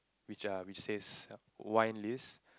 which are we says wine list